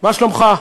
מה שלומך?